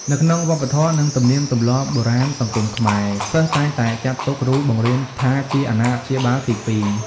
នៅក្នុងវប្បធម៌និងទំនៀមទម្លាប់បុរាណសង្គមខ្មែរ សិស្សតែងតែចាត់ទុកគ្រូបង្រៀនថាជា អាណាព្យាបាលទីពីរ។